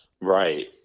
Right